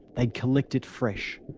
they'd collect it fresh.